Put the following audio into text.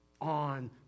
on